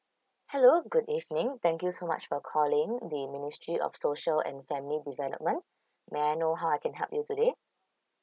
hello good evening thank you so much for calling the ministry of social and family development may I know how I can help you today